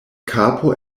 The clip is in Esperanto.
kapo